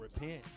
Repent